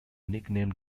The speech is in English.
nicknamed